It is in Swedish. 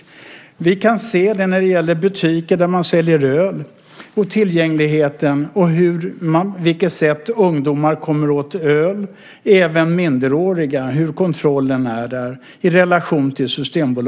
Beträffande tillgängligheten kan vi se hur det är i fråga om kontrollen i butiker där man säljer öl, i relation till Systembolaget, och på vilket sätt ungdomar, och även minderåriga, kommer åt öl.